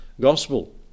Gospel